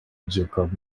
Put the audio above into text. jacob